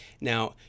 Now